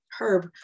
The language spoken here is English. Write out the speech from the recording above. Herb